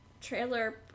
Trailer